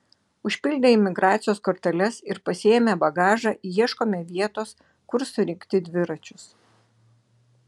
užpildę imigracijos korteles ir pasiėmę bagažą ieškome vietos kur surinkti dviračius